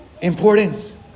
importance